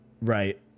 Right